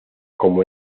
como